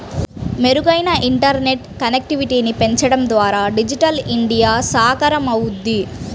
మెరుగైన ఇంటర్నెట్ కనెక్టివిటీని పెంచడం ద్వారా డిజిటల్ ఇండియా సాకారమవుద్ది